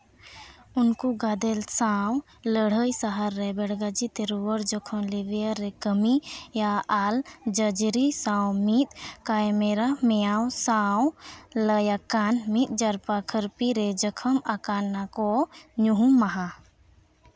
ᱩᱱᱠᱩ ᱜᱟᱫᱮᱞ ᱥᱟᱶ ᱞᱟᱹᱲᱦᱟᱹᱭ ᱥᱟᱦᱟᱨ ᱨᱮ ᱵᱮᱲ ᱜᱟᱹᱪᱷᱤ ᱛᱮ ᱨᱩᱣᱟᱹᱲ ᱡᱚᱠᱷᱚᱱ ᱞᱤᱵᱷᱤᱭᱟᱨ ᱨᱮ ᱠᱟᱹᱢᱤᱭᱟ ᱟᱞ ᱡᱚᱡᱽᱨᱤ ᱥᱟᱶ ᱢᱤᱫ ᱠᱟᱭ ᱢᱮᱨᱟ ᱢᱤᱭᱟᱣ ᱥᱟᱶ ᱞᱟᱹᱭᱟᱠᱟᱱ ᱢᱤᱫ ᱡᱟᱨᱯᱟ ᱠᱷᱟᱹᱨᱯᱤ ᱨᱮ ᱡᱚᱠᱷᱚᱢ ᱟᱠᱟᱱ ᱱᱟᱠᱚ ᱧᱩᱦᱩᱢ ᱢᱟᱦᱟ